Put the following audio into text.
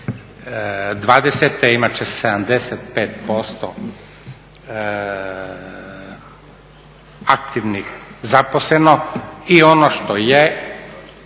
2020., imat će 75% aktivnih zaposleno i ono što je,